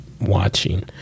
watching